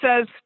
says